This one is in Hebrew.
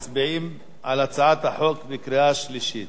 מצביעים על הצעת החוק בקריאה שלישית.